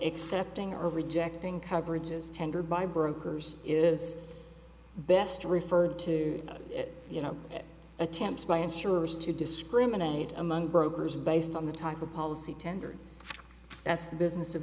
accepting or rejecting coverage is tendered by brokers is best referred to it you know attempts by insurers to discriminate among brokers based on the type of policy tendered that's the business of